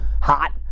hot